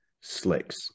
slicks